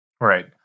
Right